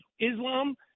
Islam